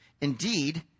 Indeed